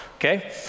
Okay